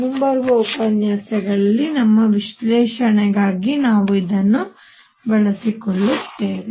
ಮುಂಬರುವ ಉಪನ್ಯಾಸಗಳಲ್ಲಿ ನಮ್ಮ ವಿಶ್ಲೇಷಣೆಗಾಗಿ ನಾವು ಇವುಗಳನ್ನು ಬಳಸುತ್ತೇವೆ